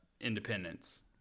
independence